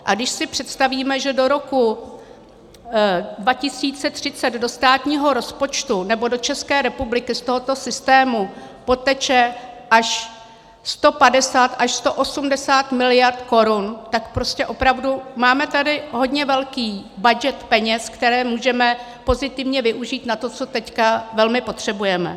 A když si představíme, že do roku 2030 do státního rozpočtu nebo do České republiky z tohoto systému odteče 150 až 180 mld. korun, tak prostě opravdu máme tady hodně velký batoh peněz, které můžeme pozitivně využít na to, co teď velmi potřebujeme.